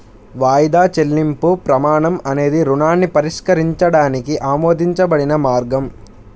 వాయిదా చెల్లింపు ప్రమాణం అనేది రుణాన్ని పరిష్కరించడానికి ఆమోదించబడిన మార్గం